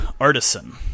artisan